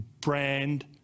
brand